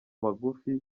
magufi